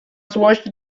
złość